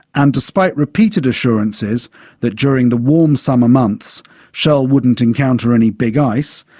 and despite repeated assurances that during the warm summer months shell wouldn't encounter any big ice,